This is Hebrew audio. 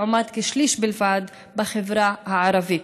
לעומת כשליש בלבד בחברה הערבית.